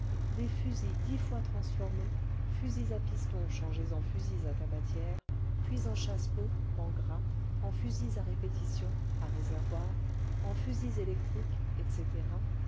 des fusils dix fois transformés fusils à piston changés en fusils à tabatière puis en chassepots en gras en fusils à répétition à réservoir en fusils électriques électriques etc